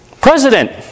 president